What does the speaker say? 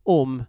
om